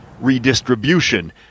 redistribution